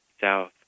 south